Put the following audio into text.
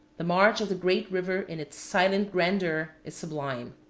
the march of the great river in its silent grandeur is sublime.